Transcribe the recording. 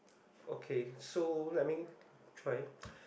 okay so let me try